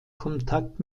kontakt